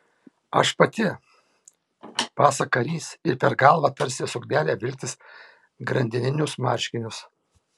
aš pati pasak karys ir per galvą tarsi suknelę vilktis grandininius marškinius